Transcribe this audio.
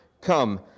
Come